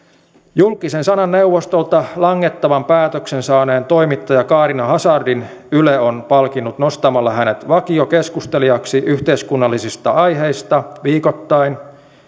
julkisen sanan neuvostolta langettavan päätöksen saaneen toimittaja kaarina hazardin yle on palkinnut nostamalla hänet vakiokeskustelijaksi yhteiskunnallisista aiheista viikoittain